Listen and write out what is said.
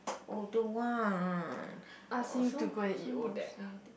oh don't want